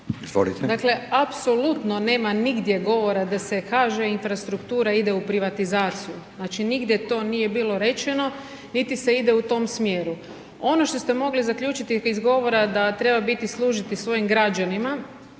Dakle apsolutno nema nigdje govora da se HŽ infrastruktura ide u privatizaciju, znači nigdje to nije bilo rečeno, niti se ide u tom smjeru. Ono što ste mogli zaključiti iz tih govora, da treba biti i služiti svojim građanima.